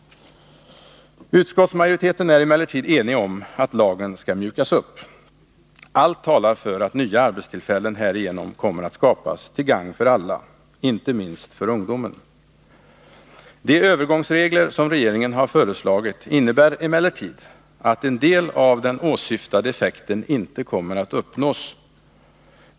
Utskottsmajoriteten är emellertid enig om att lagen skall mjukas upp. Allt talar för att nya arbetstillfällen härigenom kommer att skapas till gagn för alla, inte minst för ungdomen. De övergångsregler som regeringen har föreslagit innebär emellertid att en del av den åsyftade effekten inte kommer att uppnås.